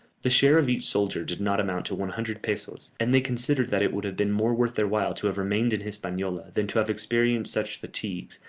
the share of each soldier did not amount to one hundred pesos, and they considered that it would have been more worth their while to have remained in hispaniola, than to have experienced such fatigues,